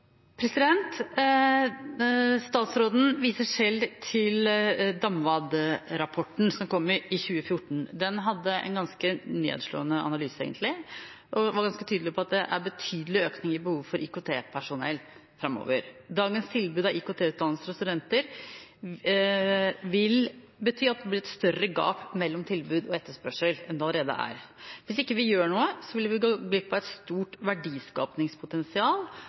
Statsråden viser selv til DAMVAD-rapporten som kom i 2014. Den hadde egentlig en ganske nedslående analyse, og den var ganske tydelig på at det er betydelig økt behov for IKT-personell framover. Dagens tilbud innen IKT-utdannelse for studenter vil bety at det blir et større gap mellom tilbud og etterspørsel enn det allerede er. Hvis ikke vi gjør noe, vil vi gå glipp av et stort